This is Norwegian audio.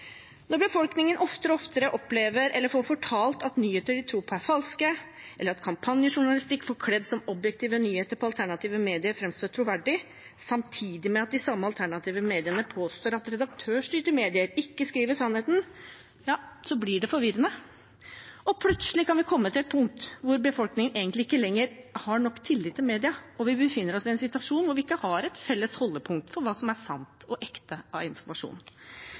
Når befolkningen oftere og oftere opplever eller får fortalt at nyheter de tror på, er falske, eller at kampanjejournalistikk forkledd som objektive nyheter fra alternative medier framstår troverdig, samtidig med at de samme alternative mediene påstår at redaktørstyrte medier ikke skriver sannheten – ja, da blir det forvirrende. Plutselig kan vi komme til et punkt der befolkningen egentlig ikke lenger har nok tillit til mediene og vi befinner oss i en situasjon der vi ikke har et felles holdepunkt for hva som er sant og ekte av informasjon.